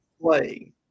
play